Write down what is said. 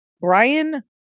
Brian